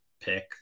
pick